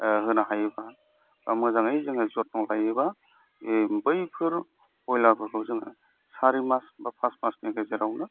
होनो हायोबा बा मोजाङै जोङो जोथोन लायोबा बैफोर बयलारफोरखौ जोङो सारि मास बा फास मासनि गेजेरावनो